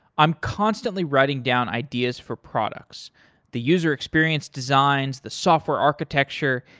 i'm constantly writing down ideas for products the user experience designs, the software architecture,